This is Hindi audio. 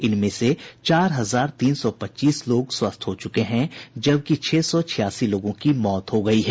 इनमें से चार हजार तीन सौ पच्चीस लोग स्वस्थ हो चुके हैं जबकि छह सौ छियासी लोगों की मौत हो गयी हैं